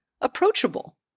approachable